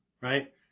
right